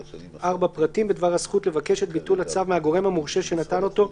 (4) פרטים בדבר הזכות לבקש את ביטול הצו מהגורם המורשה שנתן אותו,